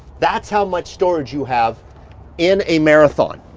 that's how much storage you have in a marathon.